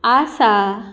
आसा